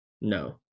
No